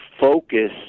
focus